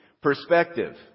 perspective